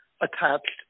attached